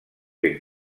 ben